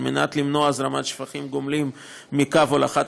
כדי למנוע הזרמת שפכים גולמיים מקו הולכת